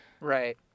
Right